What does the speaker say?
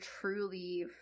truly